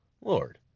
Lord